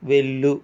వెళ్ళు